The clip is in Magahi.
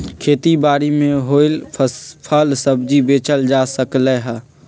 खेती बारी से होएल फल सब्जी बेचल जा सकलई ह